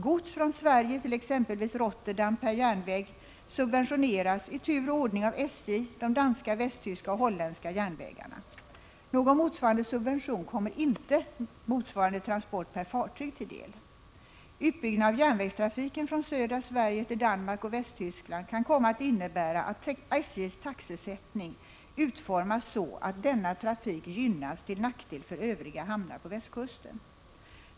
Gods från Sverige till exempelvis Rotterdam per järnväg subventioneras i tur och ordning av SJ och de danska, västtyska och holländska järnvägarna. Någon motsvarande subvention kommer inte ken från södra Sverige till Danmark och Västtyskland kan komma att innebära att SJ:s taxesättning utformas så, att denna trafik gynnas till nackdel för övriga hamnar på västkusten.